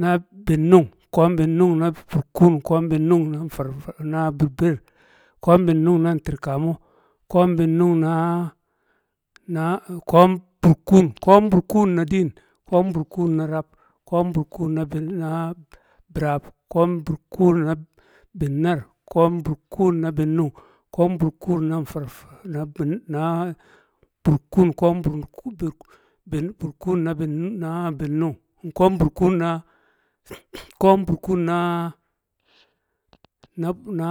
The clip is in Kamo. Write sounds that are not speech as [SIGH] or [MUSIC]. na binnung, ko̱o̱m binnung na burkuun, ko̱o̱m binnun na nfarfa na burbeer, ko̱o̱m binnun na ntirka mo, koom binnung na- na ko̱o̱m burkun, ko̱o̱m burkuun na diin, ko̱o̱m burkun na rab, ko̱o̱m burkun na- bin- na birab, ko̱o̱m burkun na binnun, ko̱o̱m burkun na nfarfa na- bin- na burkun, ko̱o̱m- bin- burkun na bin- na binnung [HESITATION] ko̱o̱m burkun na- nab- na,